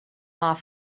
off